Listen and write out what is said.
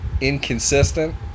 Inconsistent